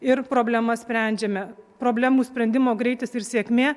ir problemas sprendžiame problemų sprendimo greitis ir sėkmė